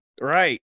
Right